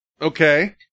okay